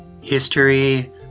history